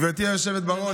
גברתי היושבת בראש,